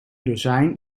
dozijn